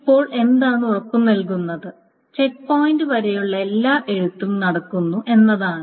ഇപ്പോൾ എന്താണ് ഉറപ്പ് നൽകുന്നത് ചെക്ക് പോയിന്റ് വരെയുള്ള എല്ലാ എഴുത്തും നടക്കുന്നു എന്നതാണ്